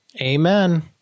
Amen